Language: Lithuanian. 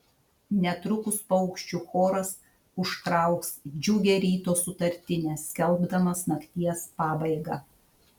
netrukus paukščių choras užtrauks džiugią ryto sutartinę skelbdamas nakties pabaigą